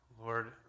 Lord